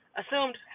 assumed